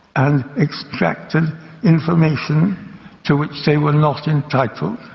and extracted information to which they were not entitled?